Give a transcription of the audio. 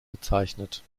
bezeichnet